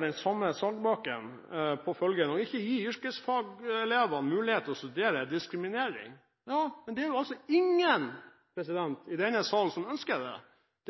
Den samme Solbakken sier at å ikke gi yrkesfagelevene mulighet til å studere er diskriminering. Ja, men det er altså ingen i denne salen som ønsker det.